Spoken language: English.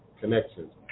connections